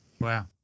Wow